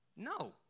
No